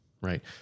right